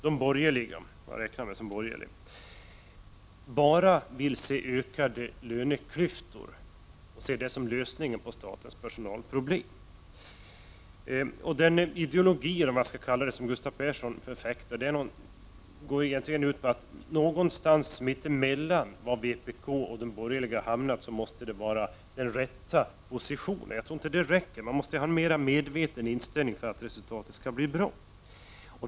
De borgerliga — jag räknar mig som borgerlig — vill inte bara se ökade löneklyftor, och se det som lösningen på statens personalproblem. Den ideologi, eller vad man skall kalla det, som Gustav Persson förfäktar går egentligen ut på att den rätta positionen måste finnas någonstans mitt emellan de borgerliga och vpk. Jag tror inte att detta räcker. Man måste ha en mera medveten inställning för att resultatet skall bli bra.